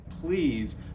please